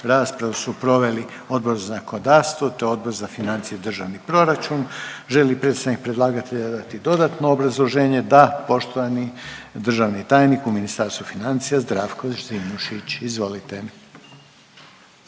Raspravu su proveli Odbor za zakonodavstvo, te Odbor za financije i državni proračun. Želi li predstavnik predlagatelja dati dodatno obrazloženje? Da. Poštovani državni tajnik u Ministarstvu financija Zdravko Zrinušić, izvolite.